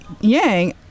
Yang